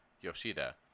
Yoshida